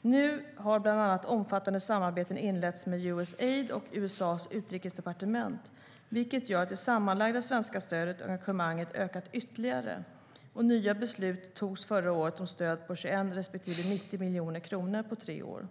Nu har bland annat omfattande samarbeten inletts med US Aid och USA:s utrikesdepartment vilket gör att det sammanlagda svenska stödet och engagemanget ökat ytterligare, och nya beslut togs förra året om stöd på 21 respektive 90 miljoner kronor på tre år.